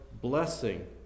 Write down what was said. blessing